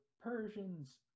Persians